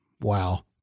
Wow